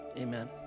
amen